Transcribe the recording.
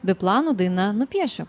biplanų daina nupiešiu